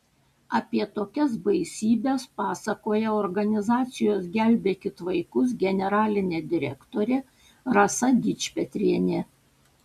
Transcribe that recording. apie tokias baisybes pasakoja organizacijos gelbėkit vaikus generalinė direktorė rasa dičpetrienė